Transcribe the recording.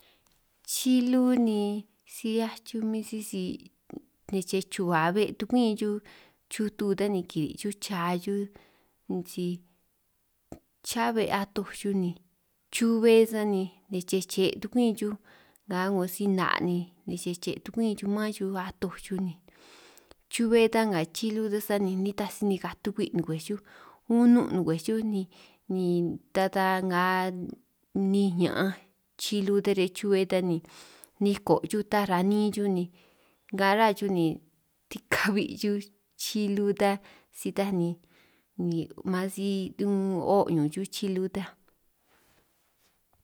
Chilu ni si 'hiaj xuj min sisi nej chej chuhua be' tukumin xuj chutu ta ni kiri' xuj cha xuj, si chá be' atoj xuj ni chube sani ne' chej che' tukumin xuj nga 'ngo si 'na' ni ne' chej tukumin xuj mán xuj atoj xuj ni, chube ta nga chilu ta sani nitaj si nikaj tukwi' ngwej xuj, unun' ngwej xuj ni ni ta ta nga niin ña'anj chilu ta riñan chube ta ni niko' xuj ta ranin xuj ni ni nga rá xuj ni tikabi' xuj chilu ta, si taj ni man si un o' ñun xuj chilu ta.